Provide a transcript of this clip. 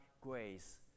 grace